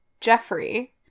jeffrey